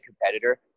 competitor